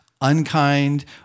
unkind